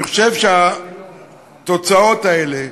אני חושב שהתוצאות האלה,